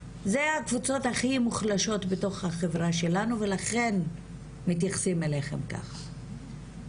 זה הקבוצות הכי מוחלשות בתוך החברה שלנו ולכן מתייחסים אליכם ככה.